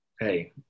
hey